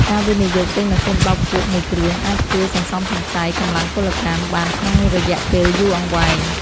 ការវិនិយោគទិញម៉ាស៊ីនបោកគក់មួយគ្រឿងអាចជួយសន្សំសំចៃកម្លាំងពលកម្មបានក្នុងរយៈពេលយូរអង្វែង។